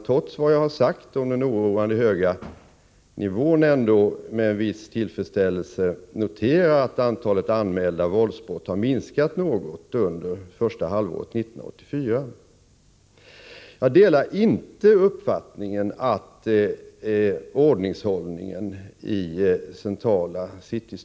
Trots vad som sagts om den oroande höga nivån kan man ändå med viss tillfredsställelse notera att antalet anmälda våldsbrott har minskat något under första halvåret 1984. Jag delar inte uppfattningen att ordningshållningen i city är dålig.